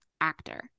actor